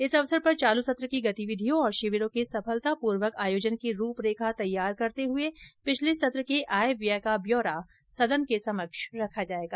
इस अवसर पर चालू सत्र की गतिविधियों और शिविरों के सफलता पूर्वक आयोजन की रूपरेखा तैयार करते हुए पिछले सत्र के आय व्यय का ब्यौरा सदन के समक्ष रखा जायेगा